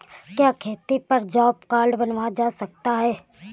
क्या खेती पर जॉब कार्ड बनवाया जा सकता है?